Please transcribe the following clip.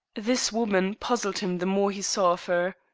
this woman puzzled him the more he saw of her.